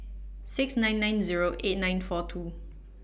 six nine nine Zero eight nine four two